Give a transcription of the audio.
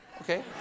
Okay